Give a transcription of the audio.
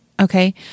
okay